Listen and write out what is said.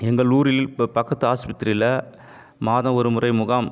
எங்கள் ஊரில் ப பக்கத்து ஆஸ்பத்திரியில் மாதம் ஒரு முறை முகாம்